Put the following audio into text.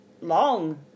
long